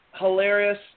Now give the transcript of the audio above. Hilarious